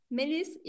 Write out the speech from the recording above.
Melis